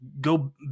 go